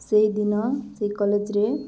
ସେଇଦିନ ସେଇ କଲେଜରେ